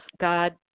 God